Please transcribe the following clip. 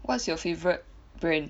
what's your favourite brand